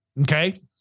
Okay